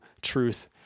truth